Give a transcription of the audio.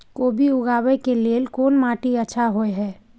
कोबी उगाबै के लेल कोन माटी अच्छा होय है?